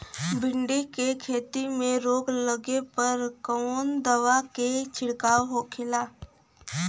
भिंडी की खेती में रोग लगने पर कौन दवा के छिड़काव खेला?